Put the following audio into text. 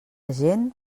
gent